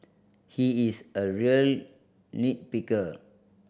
he is a real nit picker